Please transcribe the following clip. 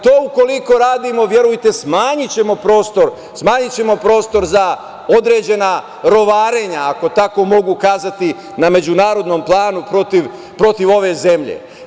To ukoliko radimo, verujte, smanjićemo prostor za određena rovarenja, ako tako mogu kazati, na međunarodnom planu protiv ove zemlje.